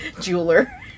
jeweler